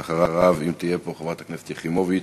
אחריו, אם תהיה פה, חברת הכנסת שלי יחימוביץ,